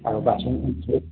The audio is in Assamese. আৰু বাচন